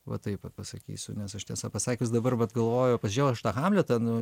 va taip vat pasakysiu nes aš tiesą pasakius dabar vat galvoju pasižiūrėjau aš tą hamletąnu